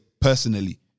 personally